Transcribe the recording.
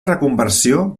reconversió